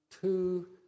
two